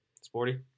Sporty